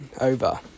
over